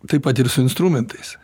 taip pat ir su instrumentais